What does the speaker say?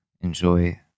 enjoy